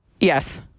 Yes